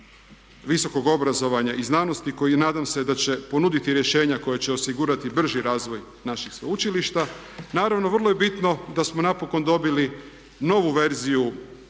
visokog obrazovanja i znanosti koji nadam se da će ponuditi rješenja koja će osigurati brži razvoj naših sveučilišta. Naravno vrlo je bitno da smo napokon dobili novu verziju